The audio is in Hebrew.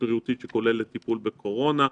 בריאותית שכוללת טיפול בקורונה.